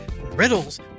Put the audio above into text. riddles